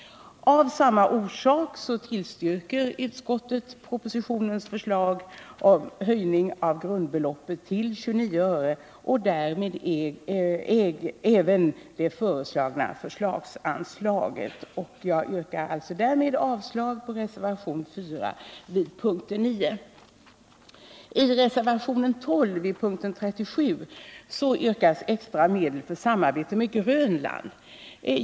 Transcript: Av samma orsak tillstyrker utskottet propositionens förslag om höjning av grundbeloppet till 29 öre och därmed även det föreslagna förslagsanslaget. Jag yrkar därmed avslag på reservationen 4 vid punkten 9. I reservationen 12 vid punkten 37 yrkas extra medel för samarbete med Grönland.